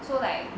so like